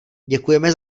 děkujeme